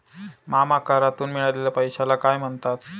मामा करातून मिळालेल्या पैशाला काय म्हणतात?